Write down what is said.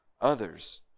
others